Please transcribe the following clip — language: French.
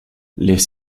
les